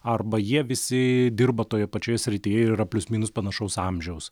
arba jie visi dirba toje pačioje srityje ir yra plius minus panašaus amžiaus